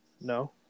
No